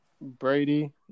Brady